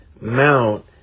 Mount